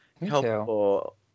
helpful